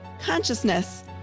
consciousness